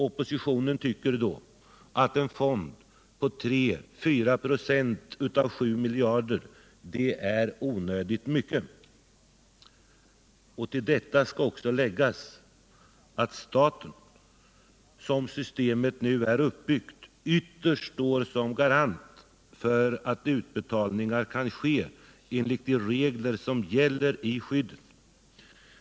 Oppositionen tycker att en fond på 3-4 96 av detta värde är onödigt stor. Till detta skall också läggas att staten, som systemet nu är uppbyggt, ytterst står som garant för att utbetalningar kan ske enligt de regler som gäller för skyddet.